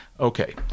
Okay